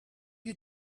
you